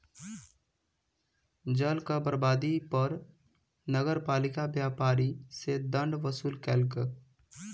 जलक बर्बादी पर नगरपालिका व्यापारी सॅ दंड वसूल केलक